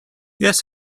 yes